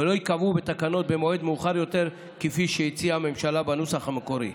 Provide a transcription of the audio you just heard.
ולא ייקבעו בתקנות במועד מאוחר יותר כפי שהציעה הממשלה בנוסח המקורי.